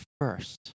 first